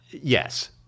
Yes